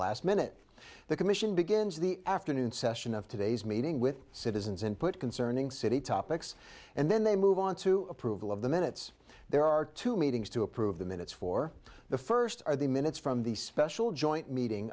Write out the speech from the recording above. last minute the commission begins the afternoon session of today's meeting with citizens input concerning city topics and then they move on to approval of the minutes there are two meetings to approve the minutes for the first or the minutes from the special joint meeting